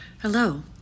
Hello